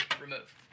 remove